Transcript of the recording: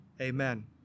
amen